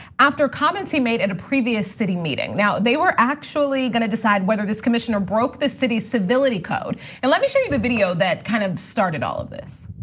after comments he made in a previous city meeting. now, they were actually gonna decide whether this commissioner broke the city civility code, and let me show you the video that kind of started all of this.